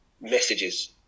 messages